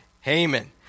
Haman